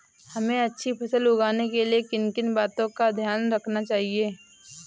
हमें अच्छी फसल उगाने में किन किन बातों का ध्यान रखना चाहिए?